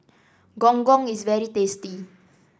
Gong Gong is very tasty